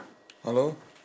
hello